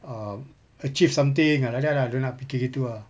um achieve something ah like that lah dia orang nak fikir gitu lah